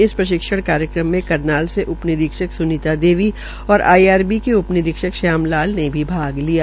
इस प्रशिक्षण कार्यक्रम में करनाल से उपनिरीक्षक सुनीता देवी और आईआरबी के उप निरीक्षक श्याम लाल भी भाग लिया